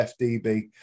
FDB